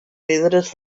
pedres